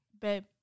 Babe